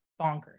bonkers